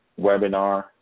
webinar